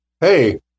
hey